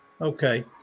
Okay